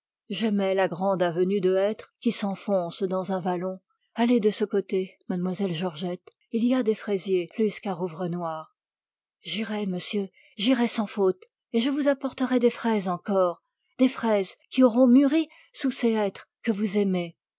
j'aimais la grande avenue de hêtres qui s'enfonce dans un vallon allez de ce côté mlle georgette il y a des fraisiers plus qu'à rouvrenoir j'irai monsieur j'irai sans faute et je vous apporterai des fraises encore des fraises qui auront mûri sous ces hêtres que vous aimez